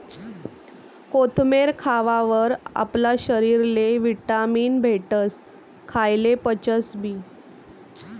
कोथमेर खावावर आपला शरीरले व्हिटॅमीन भेटस, खायेल पचसबी